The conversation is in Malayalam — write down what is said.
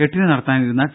എട്ടിന് നടത്താനിരുന്ന ടി